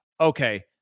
okay